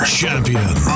champion